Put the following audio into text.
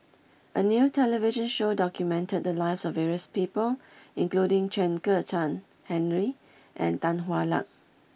a new television show documented the lives of various people including Chen Kezhan Henri and Tan Hwa Luck